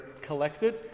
collected